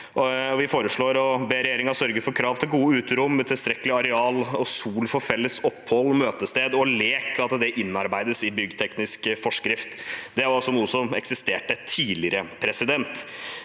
Vi foreslår å be regjeringen sørge for krav til gode uterom med tilstrekkelig areal, sol for felles opphold, møtested og lek, og at det innarbeides i byggteknisk forskrift. Det er noe som også eksisterte tidligere. Mitt